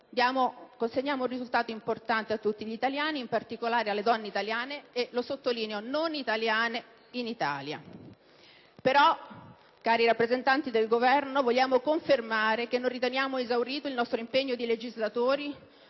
voto consegniamo un risultato importante a tutti gli italiani, in particolare alle donne italiane e - lo sottolineo - a quelle non italiane in Italia. Però, cari rappresentanti del Governo, vogliamo confermare che non riteniamo esaurito il nostro impegno di legislatori